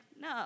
no